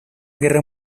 guerra